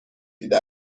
دیده